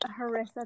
harissa